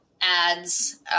ads